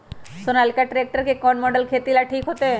Sonalika tractor के कौन model खेती ला ठीक होतै?